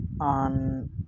On